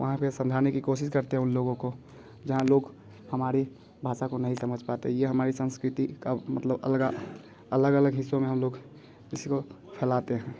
वहाँ पर समझाने की कोशिश करते हैं उन लोगों को जहाँ लोग हमारे भाषा को नहीं समझ पाए यह हमारी संस्कृति का मतलब अलगा अलग अलग हिस्सों में हम लोग इसको फैलाते हैं